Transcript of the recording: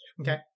Okay